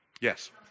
Yes